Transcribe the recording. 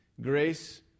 Grace